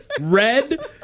red